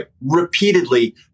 repeatedly